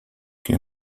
que